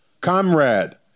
comrade